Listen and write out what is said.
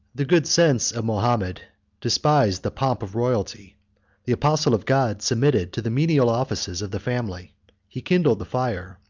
the good sense of mahomet despised the pomp of royalty the apostle of god submitted to the menial offices of the family he kindled the fire,